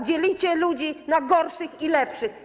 Dzielicie ludzi na gorszych i lepszych.